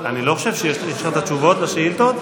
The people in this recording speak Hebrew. יש לך את התשובות על השאילתות?